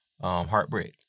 heartbreak